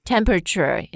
Temperature